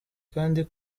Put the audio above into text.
kandi